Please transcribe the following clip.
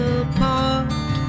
apart